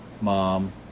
Mom